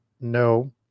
no